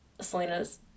Selena's